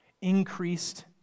increased